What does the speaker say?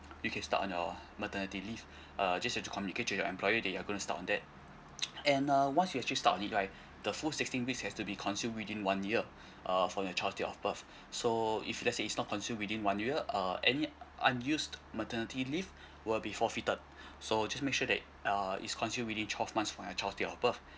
you can start on your maternity leave uh just need to communicate to your employer that you are gonna start on that and uh once you actually start on it right the full sixteen weeks has to be consumed within one year uh from your child date of birth so if let's say it's not consume within one year uh any unused maternity leave will be forfeited so just make sure that uh it's consumed within twelve months from your child date of birth